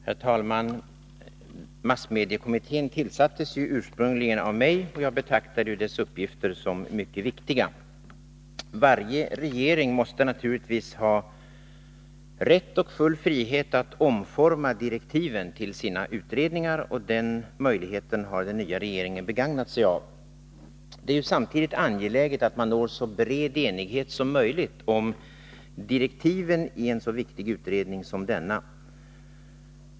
Herr talman! Massmediekommittén tillsattes ju ursprungligen av mig, och jag betraktade dess uppgifter som mycket viktiga. Varje regering måste naturligtvis ha rätt och full frihet att omforma direktiven till sina utredningar, och den möjligheten har den nya regeringen begagnat sig av. Det är samtidigt angeläget att man når så bred enighet som möjligt om direktiven i en så viktig utredning som denna.